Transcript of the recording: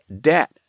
debt